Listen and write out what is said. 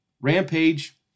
Rampage